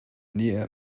near